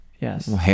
Yes